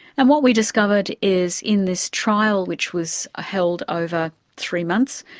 and what we discovered is in this trial, which was held over three months,